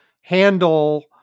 handle